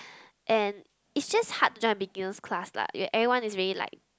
and is just hard to join a beginner's class lah e~ everyone is already like